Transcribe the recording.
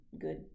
good